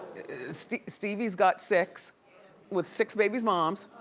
so stevie's got six with six baby's moms.